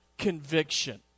conviction